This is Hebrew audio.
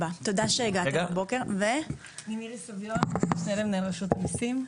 שמי מירי סביון משנה למנהל רשות המסים.